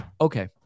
Okay